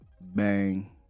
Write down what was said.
Bang